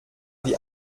wie